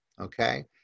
Okay